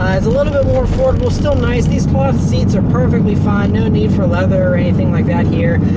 is a little bit more affordable, still nice. these cloth seats are perfectly fine. no need for leather, or anything like that, here.